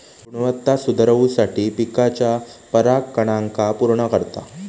गुणवत्ता सुधरवुसाठी पिकाच्या परागकणांका पुर्ण करता